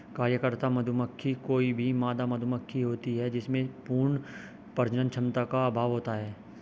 कार्यकर्ता मधुमक्खी कोई भी मादा मधुमक्खी होती है जिसमें पूर्ण प्रजनन क्षमता का अभाव होता है